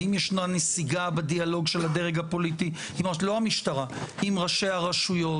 האם ישנה נסיגה בדיאלוג של הדרג הפוליטי עם ראשי הרשויות?